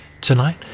Tonight